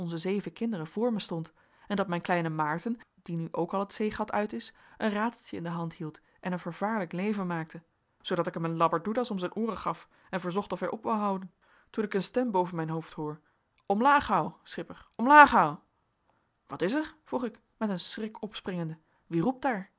zeven kinderen voor me stond en dat mijn kleine maarten die nu ook al het zeegat uit is een rateltje in de hand hield en een vervaarlijk leven maakte zoodat ik hem een labberdoedas om zijn ooren gaf en verzocht of hij op wou houen toen ik een stem boven mijn hoofd hoor omlaag hou schipper omlaag hou wat is er vroeg ik met een schrik opspringende wie roept daar